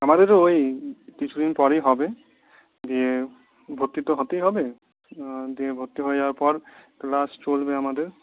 আমাদেরও ওই কিছুদিন পরেই হবে দিয়ে ভর্তি তো হতেই হবে দিয়ে ভর্তি হয়ে যাওয়ার পর ক্লাস চলবে আমাদের